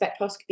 spectroscopy